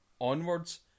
onwards